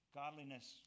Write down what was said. godliness